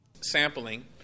Sampling